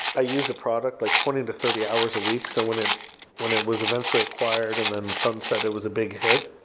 i used a product like twenty to thirty hours a week, so when it when it was eventually acquired and then someone sunset it was a big hit.